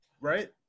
right